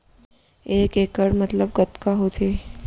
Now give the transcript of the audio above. एक इक्कड़ मतलब कतका होथे?